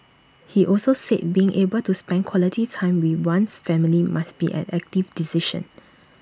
he also said being able to spend quality time with one's family must be an active decision